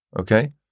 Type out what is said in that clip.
Okay